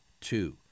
two